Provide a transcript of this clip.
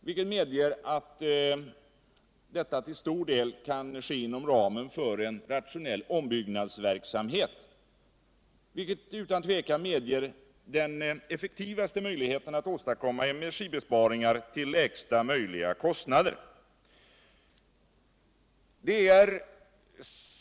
vilket medger att de till stor del kan ske inom ramen för en rationell ombyggnadsverksamhet, vilket utan tvivel medger den effektivaste möjligheten att åstadkomma energibesparingar ull lägsta möjliga kostnader.